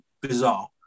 bizarre